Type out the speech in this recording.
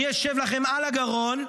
אני אשב לכם על הגרון,